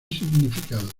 significado